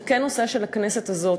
זה כן נושא של הכנסת הזאת.